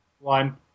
One